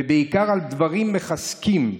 ובעיקר על דברים מחזקים,